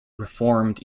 reformed